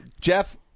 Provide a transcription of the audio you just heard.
jeff